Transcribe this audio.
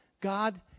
God